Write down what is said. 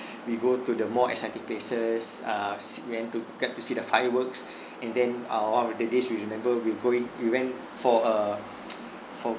we go to the more exciting places err se~ went to get to see the fireworks and then uh one of the days we remember we're going we went for a for